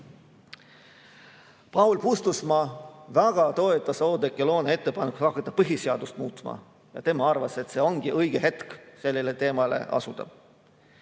Paul Puustusmaa väga toetas Oudekki Loone ettepanekut hakata põhiseadust muutma ja tema arvas, et see ongi õige hetk selle teema kallale asuda.